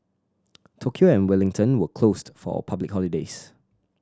Tokyo and Wellington were closed for public holidays